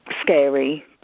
scary